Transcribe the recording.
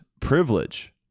privilege